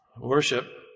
Worship